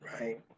Right